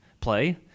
play